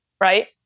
right